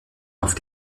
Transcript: auf